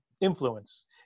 influence